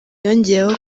yongeyeho